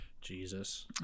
Jesus